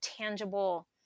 tangible